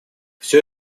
все